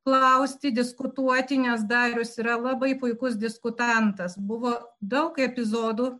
klausti diskutuoti nes darius yra labai puikus diskutantas buvo daug epizodų